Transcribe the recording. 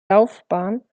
laufbahn